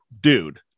dude